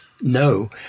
No